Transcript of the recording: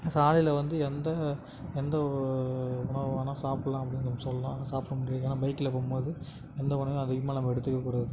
சாலையில் வந்து எந்த எந்த உணவு வேணால் சாப்பிட்லாம் அப்படினு நம்ம சொல்லெலாம் சாப்பிட முடியும் ஏன்னால் பைக்கில் போகும் போது எந்த உணவையும் அதிகமாக நம்ம எடுத்துக்கக்கூடாது